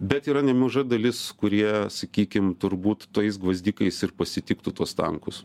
bet yra nemaža dalis kurie sakykim turbūt tais gvazdikais ir pasitiktų tuos tankus